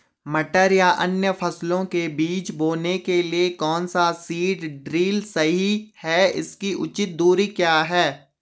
मटर या अन्य फसलों के बीज बोने के लिए कौन सा सीड ड्रील सही है इसकी उचित दूरी क्या है?